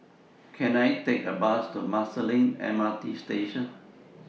Can I Take A Bus to Marsiling M R T Station